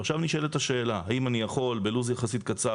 ועכשיו נשאלת השאלה: האם אני יכול בלו"ז יחסית קצר